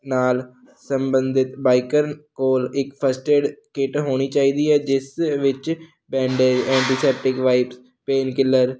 ਨਾਲ ਸਬੰਧਿਤ ਬਾਈਕਰ ਕੋਲ ਇੱਕ ਫਸਟ ਏਡ ਕਿੱਟ ਹੋਣੀ ਚਾਹੀਦੀ ਹੈ ਜਿਸ ਵਿੱਚ bandage antiseptic wipes pain killer